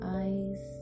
eyes